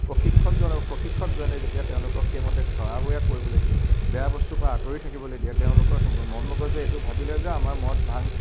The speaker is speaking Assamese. প্ৰশিক্ষণ জনাব প্ৰশিক্ষকজনে যেতিয়া তেওঁলোকক সেইমতে খাৱা বোৱা কৰিবলৈ দিয়ে বেয়া বস্তুৰপৰা আঁতৰি থাকিবলৈ দিয়ে তেওঁলোকৰ মন মগজুৱে এইটো ভাবি লয় যে আমাৰ মদ ভাং